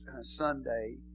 Sunday